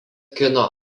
kino